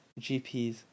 GPs